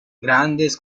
grandes